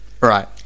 Right